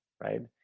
right